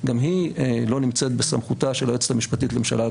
גם היא לא נמצאת בסמכותה של היועצת המשפטית לממשלה,